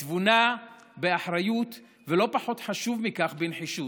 בתבונה, באחריות, ולא פחות חשוב מכך, בנחישות.